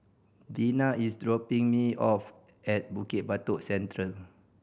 Deana is dropping me off at Bukit Batok Central